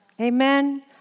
Amen